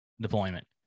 deployment